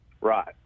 Right